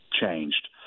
changed